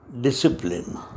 discipline